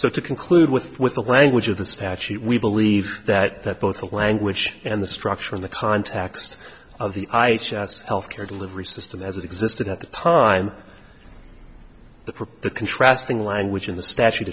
so to conclude with with the language of the statute we believe that that both the language and the structure in the context of the health care delivery system as it existed at the time the proposed contrasting language in the statute